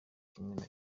kimwe